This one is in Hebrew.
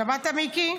שמעת, מיקי?